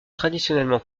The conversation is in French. traditionnellement